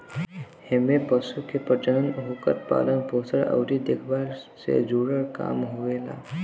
एमे पशु के प्रजनन, ओकर पालन पोषण अउरी देखभाल से जुड़ल काम आवेला